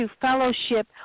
fellowship